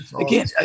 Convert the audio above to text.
again